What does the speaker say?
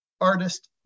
artist